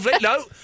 No